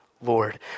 Lord